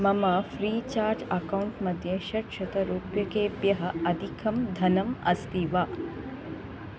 मम Freecharge account मध्ये षट्शतरूप्यकेभ्यः अधिकं धनम् अस्ति वा